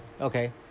Okay